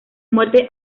muerte